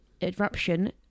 eruption